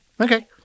Okay